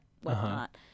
whatnot